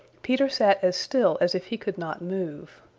peter sat as still as if he could not move.